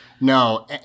No